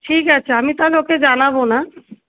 ঠিক আছে আমি তাহলে ওকে জানাবো না